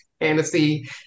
fantasy